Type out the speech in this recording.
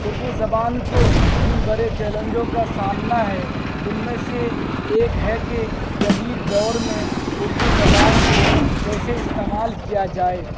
اردو زبان کو جن بڑے چیلنجوں کا سامنا ہے ان میں سے ایک ہے کہ جدید دور میں اردو زبان کو کیسے استعمال کیا جائے